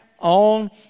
on